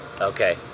Okay